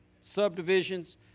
subdivisions